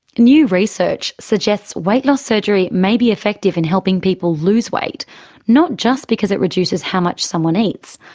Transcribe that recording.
new research suggests weight loss surgery may be effective in helping people lose weight not just because it reduces how much someone eats,